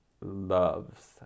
loves